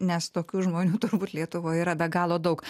nes tokių žmonių turbūt lietuvoje yra be galo daug